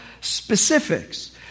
specifics